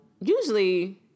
usually